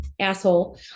Asshole